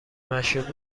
مشروب